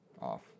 off